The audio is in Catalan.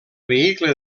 vehicle